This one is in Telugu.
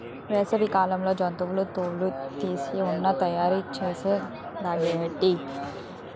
వేసవి కాలంలో జంతువుల తోలు తీసి ఉన్ని తయారు చేస్తారు గదేటి